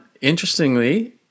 Interestingly